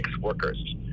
workers